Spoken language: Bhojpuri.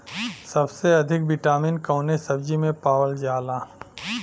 सबसे अधिक विटामिन कवने सब्जी में पावल जाला?